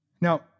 Now